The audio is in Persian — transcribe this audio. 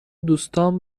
دوستام